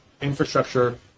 infrastructure